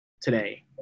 today